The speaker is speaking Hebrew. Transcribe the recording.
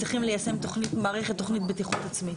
הוא צריך לעמוד בחקיקת המזון.